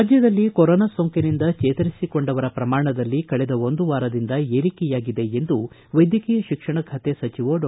ರಾಜ್ಯದಲ್ಲಿ ಕೊರೋನಾ ಸೋಂಕಿನಿಂದ ಚೇತರಿಸಿಕೊಂಡವರ ಪ್ರಮಾಣದಲ್ಲಿ ಕಳೆದ ಒಂದು ವಾರದಿಂದ ಏರಿಕೆಯಾಗಿದೆ ಎಂದು ವೈದ್ಯಕೀಯ ಶಿಕ್ಷಣ ಸಚಿವ ಡಾ